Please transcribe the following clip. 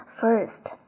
first